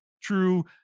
true